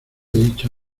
dicho